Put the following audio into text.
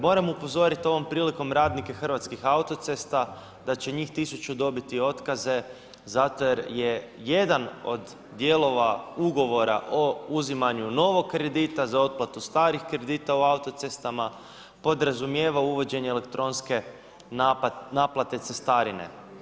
Moram upozorit ovom prilikom radnike Hrvatskih autocesta da će njih 1000 dobiti otkaze zato jer je jedan od dijelova ugovora o uzimanju novog kredita za otplatu starih kredita u autocestama podrazumijevao uvođenje elektronske naplate cestarine.